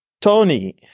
Tony